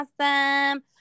Awesome